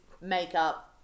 makeup